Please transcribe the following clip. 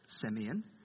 Simeon